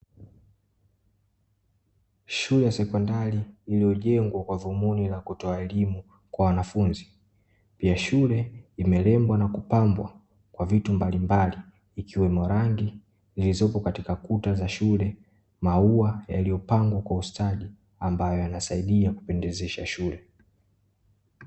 Shule ya sekondari iliojengwa kwa dhumuni la kutoa elimu kwa wanafunzi. Pia shule imerembwa na kupambwa kwa vitu mbalimbali ikiwemo rangi zilizopo katika kuta za shule, maua yaliopangwa kwa ustadi, ambayo yanasaidia kupendezesha shule.